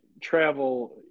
travel